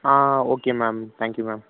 ah okay ma'am thank you ma'am